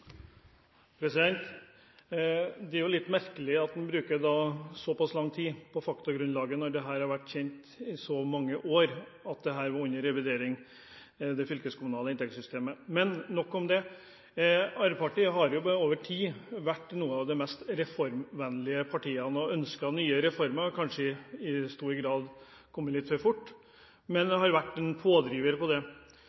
litt merkelig at en bruker såpass lang tid på faktagrunnlaget når det har vært kjent i så mange år at det fylkeskommunale inntektssystemet var under revidering. Men nok om det. Arbeiderpartiet har over tid vært et av de mest reformvennlige partiene og har ønsket nye reformer. De har kanskje i stor grad kommet litt for fort, men